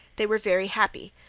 they were very happy,